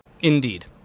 Indeed